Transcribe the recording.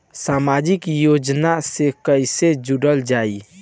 समाजिक योजना से कैसे जुड़ल जाइ?